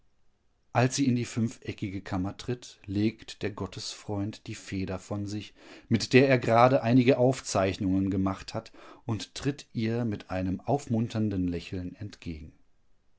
als sie in die fünfeckige kammer tritt legt der gottesfreund die feder von sich mit der er gerade einige aufzeichnungen gemacht hat und tritt ihr mit einem aufmunternden lächeln entgegen